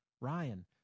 Ryan